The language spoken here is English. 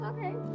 Okay